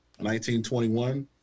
1921